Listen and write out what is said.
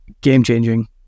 game-changing